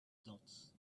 dots